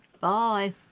Bye